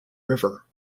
river